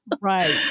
Right